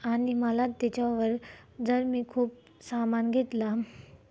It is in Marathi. आणि मला त्याच्यावर जर मी खूप सामान घेतला